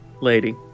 lady